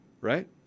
right